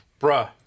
bruh